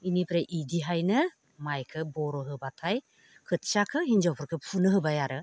बेनिफ्राय बिदिहायनो माइखौ बर' होबाथाय खोथियाखौ हिन्जावफोरखौ फुनो होबाय आरो